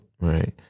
right